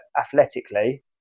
athletically